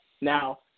Now